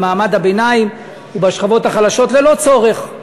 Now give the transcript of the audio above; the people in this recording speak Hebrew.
במעמד הביניים ובשכבות החלשות ללא צורך.